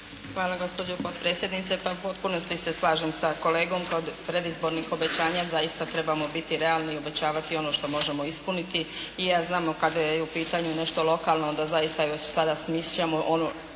Hvala gospođo potpredsjednice. Pa u potpunosti se slažem sa kolegom. Kod predizbornih obećanja zaista trebamo biti realni i obećavati ono što možemo ispuniti. I ja znam kada je u pitanju nešto lokalno onda zaista još sada smišljamo ono,